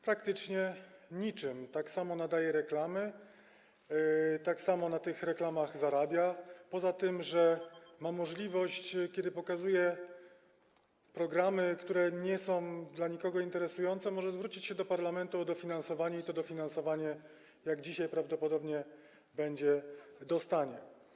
Praktycznie niczym - tak samo nadaje reklamy, tak samo na tych reklamach zarabia - poza tym że kiedy pokazuje programy, które nie są dla nikogo interesujące, może zwrócić się do parlamentu o dofinansowanie, i to dofinansowanie, jak dzisiaj prawdopodobnie będzie, dostanie.